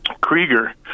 Krieger